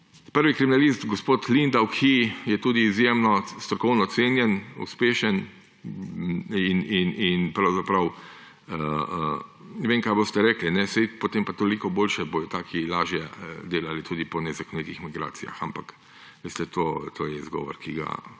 prvi kriminalist gospod Lindav, ki je tudi izjemno strokovno cenjen, uspešen. Vem, kaj boste rekli – saj potem pa toliko boljše, bodo taki lažje delali tudi po nezakonitih migracijah. Ampak to je izgovor, ki ga